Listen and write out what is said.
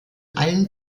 allen